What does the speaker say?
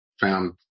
found